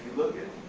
look at